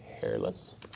hairless